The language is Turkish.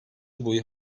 boyu